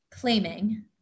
claiming